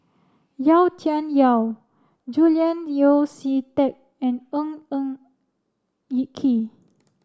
Yau Tian Yau Julian Yeo See Teck and Ng Eng Kee